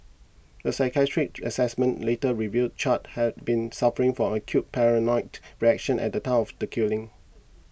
a psychiatric assessment later revealed Char had been suffering from acute paranoid reaction at the time of the killing